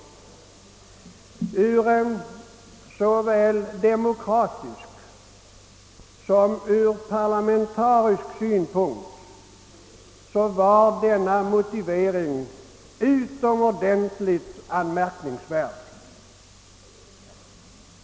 Från såväl demokratisk som parlamentarisk synpunkt var motiveringen utomordentligt anmärkningsvärd.